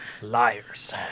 Liars